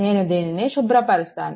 నేను దీనిని శుభ్రపరుస్తాను